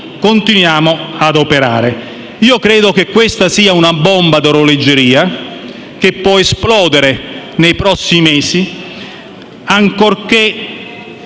continuiamo a operare. Io credo che questa sia una bomba ad orologeria, che può esplodere nei prossimi mesi (ancorché